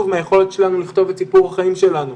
מהיכולת שלנו לכתוב את סיפור החיים שלנו,